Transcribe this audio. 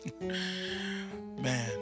Man